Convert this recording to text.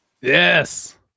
Yes